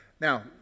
Now